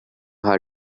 how